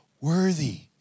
worthy